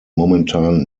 momentan